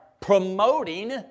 promoting